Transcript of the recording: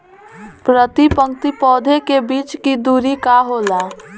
प्रति पंक्ति पौधे के बीच के दुरी का होला?